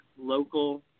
local